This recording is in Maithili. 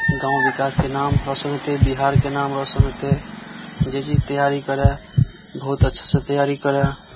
गाँव विकासके नाम रौशन हेतै बिहारके नाम रौशन हेतै जे चीज तैयारी करए बहुत अच्छासे तैयारी करए